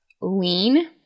lean